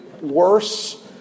worse